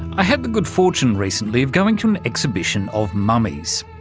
i had the good fortune recently of going to an exhibition of mummies.